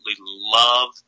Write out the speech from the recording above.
love